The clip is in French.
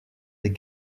des